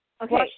Okay